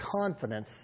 confidence